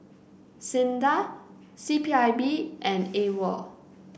SINDA C P I B and AWOL